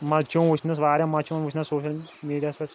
مَزٕ چھُ یِوان وٕچھنَس واریاہ مَزٕ چھُ یِوان وٕچھنَس سوشَل میٖڈیاہَس پٮ۪ٹھ